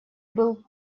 был